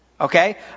Okay